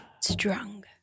Strong